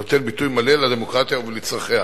הנותן ביטוי מלא לדמוקרטיה ולצרכיה.